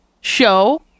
show